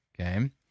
okay